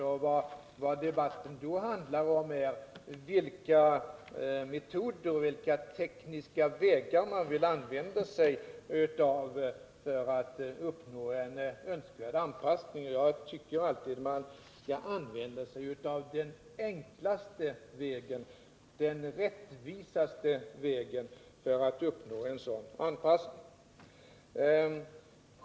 Och vad debatten då handlar om är vilka metoder och tekniska vägar man vill använda sig av för att uppnå en önskvärd anpassning. Jag tycker alltid att man skall använda sig av den enklaste och mest rättvisa regeln för att uppnå en sådan anpassning.